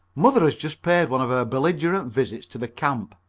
mother has just paid one of her belligerent visits to the camp,